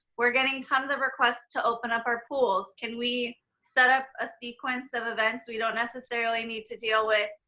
we're getting tons of requests to open up our pools. can we set up a sequence of events we don't necessarily need to deal with,